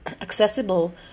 accessible